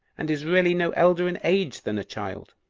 and is really no elder in age than a child.